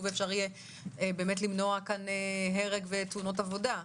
ואפשר יהיה באמת למנוע הרג ותאונות עבודה.